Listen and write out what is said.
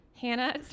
Hannah